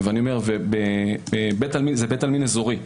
זה בית עלמין אזורי,